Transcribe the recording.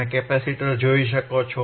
તમે કેપેસિટર જોઈ શકો છો